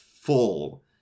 full